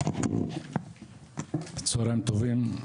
צוהריים טובים.